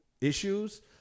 issues